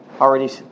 already